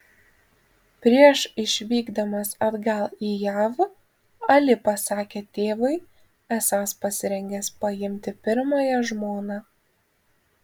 prieš išvykdamas atgal į jav ali pasakė tėvui esąs pasirengęs paimti pirmąją žmoną